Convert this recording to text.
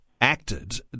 acted